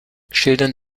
schildern